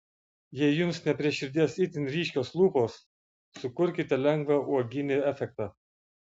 jei jums ne prie širdies itin ryškios lūpos sukurkite lengvą uoginį efektą